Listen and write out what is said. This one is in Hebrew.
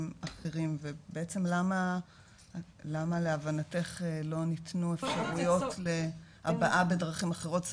אחרים ובעצם למה להבנתך לא ניתנו אפשרויות להבעה בדרכים אחרות?